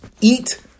eat